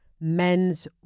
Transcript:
Men's